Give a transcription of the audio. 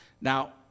Now